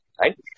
Right